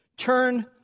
Turn